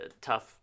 tough